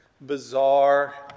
bizarre